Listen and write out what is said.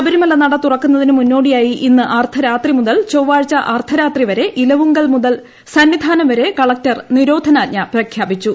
ശബരിമല നട തുറക്കുന്നതിന് മുന്നോടിയായി ഇന്ന് അർദ്ധരാത്രി മുതൽ ചൊവ്വാഴ്ച അർദ്ധരാത്രി വരെ ഇലവുങ്കൽ മുതൽ സന്നിധാനം വരെ കളക്ടർ നിരോധനാഞ്ജ പ്രഖ്യാപിച്ചു